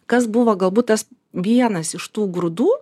kas buvo galbūt tas vienas iš tų grūdų